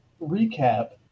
recap